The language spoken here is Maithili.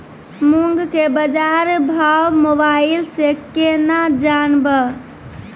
मूंग के बाजार भाव मोबाइल से के ना जान ब?